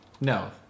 No